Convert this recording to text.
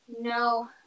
no